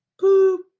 Poop